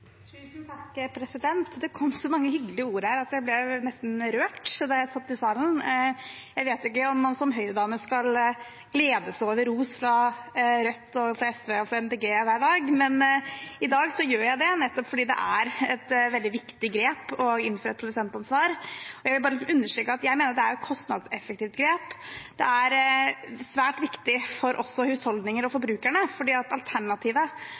Det kom så mange hyggelige ord her at jeg ble nesten rørt der jeg satt i salen. Jeg vet ikke om man som Høyre-dame kan glede seg over ros fra Rødt, SV og MDG hver dag, men i dag gjør jeg det nettopp fordi det er et veldig viktig grep å innføre et produsentansvar. Jeg har bare lyst til å understreke at jeg mener det er et kostnadseffektivt grep. Det er svært viktig for husholdningene og forbrukerne, for alternativet for mange av dem ville vært at